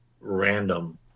random